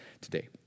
today